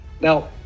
now